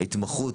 ההתמחות,